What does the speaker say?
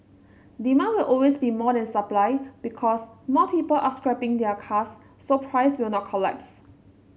demand will always be more than supply because more people are scrapping their cars so price will not collapse